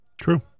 True